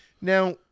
Now